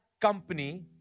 company